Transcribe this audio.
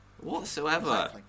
whatsoever